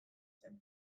zen